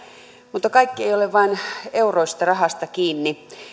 mutta kaikki ei ole vain euroista ja rahasta kiinni